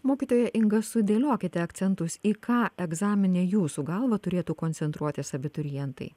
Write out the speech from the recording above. mokytoja inga sudėliokite akcentus į ką egzamine jūsų galva turėtų koncentruotis abiturientai